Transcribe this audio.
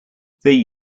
they